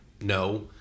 No